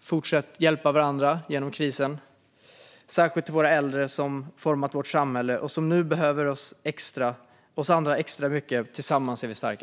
Fortsätt hjälpa varandra genom krisen - särskilt våra äldre som format vårt samhälle och som nu behöver oss andra extra mycket. Tillsammans är vi starka.